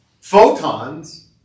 Photons